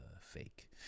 fake